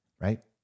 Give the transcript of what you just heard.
Right